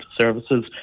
Services